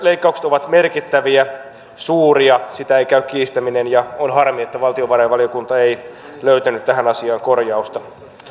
kehitysyhteistyöleikkaukset ovat merkittäviä suuria sitä ei käy kiistäminen ja on harmi että valtiovarainvaliokunta ei löytänyt tähän asiaan korjausta